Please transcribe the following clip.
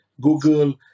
Google